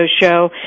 show